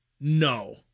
No